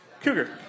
Cougar